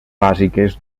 bàsiques